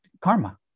karma